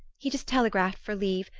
he just telegraphed for leave,